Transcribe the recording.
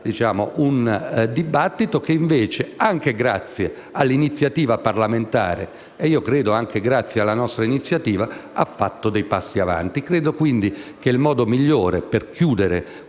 un dibattito che, invece, anche grazie all'iniziativa parlamentare - e credo anche grazie alla nostra iniziativa - ha fatto dei passi in avanti. Ritengo che il modo migliore per chiudere